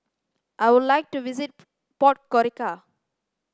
I would like to visit Podgorica